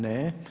Ne.